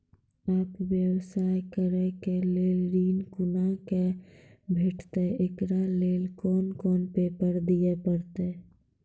आपन व्यवसाय करै के लेल ऋण कुना के भेंटते एकरा लेल कौन कौन पेपर दिए परतै?